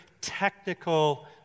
technical